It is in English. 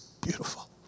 beautiful